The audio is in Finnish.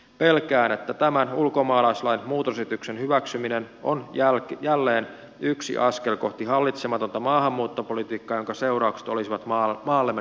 pelkään että tämän ulkomaalaislain muutosesityksen hyväksyminen on jälleen yksi askel kohti hallitsematonta maahanmuuttopolitiikkaa jonka seuraukset olisivat maallemme dramaattiset